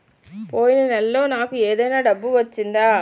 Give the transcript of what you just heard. పోయిన నెలలో నాకు ఏదైనా డబ్బు వచ్చిందా?